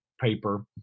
paper